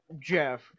Jeff